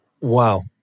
Wow